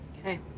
okay